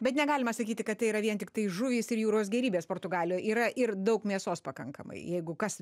bet negalima sakyti kad tai yra vien tiktai žuvys ir jūros gėrybės portugalijoj yra ir daug mėsos pakankamai jeigu kas